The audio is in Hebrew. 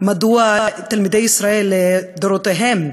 מדוע תלמידי ישראל לדורותיהם,